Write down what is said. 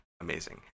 amazing